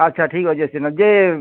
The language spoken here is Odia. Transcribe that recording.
ଆଚ୍ଛା ଠିକ୍ ଅଛେ ସେନ ଯେ